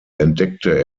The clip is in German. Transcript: entdeckte